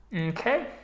Okay